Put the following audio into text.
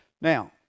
now